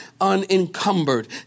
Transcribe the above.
unencumbered